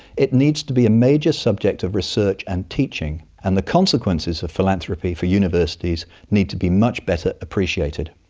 it needs to be a major subject of research and teaching, and the consequences of philanthropy for universities need to be much better appreciated.